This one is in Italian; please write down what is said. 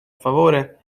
favore